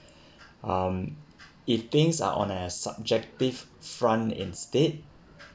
um if things are on a subjective front instead